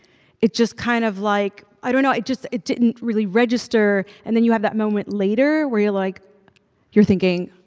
it just kind of like i don't know, it just didn't really register. and then you have that moment later where you're like you're thinking,